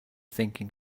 thinking